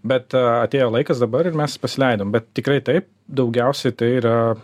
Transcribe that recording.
bet atėjo laikas dabar ir mes pasileidom bet tikrai taip daugiausiai tai yra